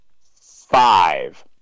five